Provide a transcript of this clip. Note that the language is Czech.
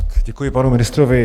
Děkuji panu ministrovi.